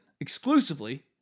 exclusively